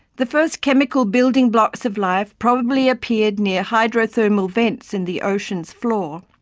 the first chemical building blocks of life probably appeared near hydrothermal vents in the ocean's floor.